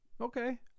Okay